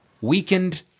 weakened